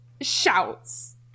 shouts